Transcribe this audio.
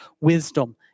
wisdom